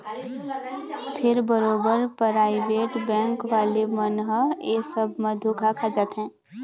फेर बरोबर private bank वाले मन ह ऐ सब म धोखा खा जाथे